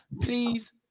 Please